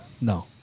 No